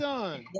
Done